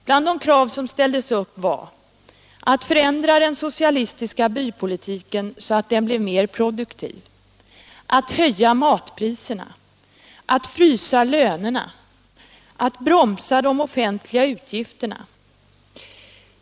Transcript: Bland de krav som uppställdes var att man skulle förändra den socialistiska bypolitiken så att denna blev mer produktiv, höja matpriserna, frysa lönerna och bromsa de offentliga utgifterna.